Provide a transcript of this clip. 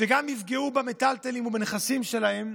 וגם יפגעו במיטלטלין ובנכסים שלהם,